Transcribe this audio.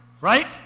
right